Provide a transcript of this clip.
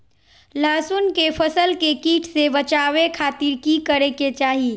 लहसुन के फसल के कीट से बचावे खातिर की करे के चाही?